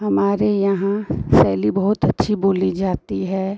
हमारे यहाँ शैली बहुत अच्छी बोली जाती है